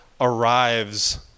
arrives